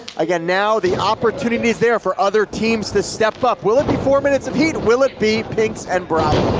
again now, the opportunity is there for other teams to step up. will it be four minutes of heat? will it be pinx and bravo?